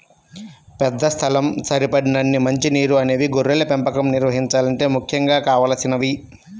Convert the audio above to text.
పెద్ద స్థలం, సరిపడినన్ని మంచి నీరు అనేవి గొర్రెల పెంపకం నిర్వహించాలంటే ముఖ్యంగా కావలసినవి